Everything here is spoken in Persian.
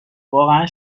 واقعا